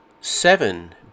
seven